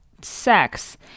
sex